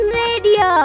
radio